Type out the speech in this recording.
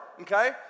okay